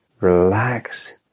relax